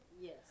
Yes